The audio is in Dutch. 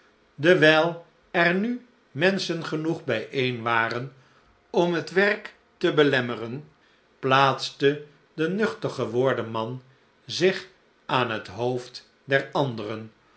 dewijl er nu menschen genoeg bije en waren om het werk te belemmeren plaatste de nuchter geworden man zich aan het hoofd der anderen